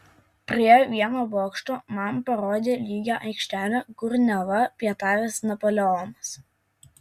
prie vieno bokšto man parodė lygią aikštelę kur neva pietavęs napoleonas